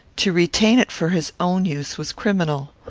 to retain it for his own use was criminal.